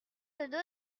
donner